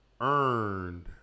earned